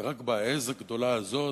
רק בעז הגדולה הזאת,